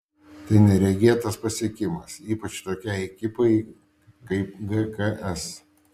tai neregėtas pasiekimas ypač tokiai ekipai kaip gks